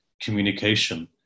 communication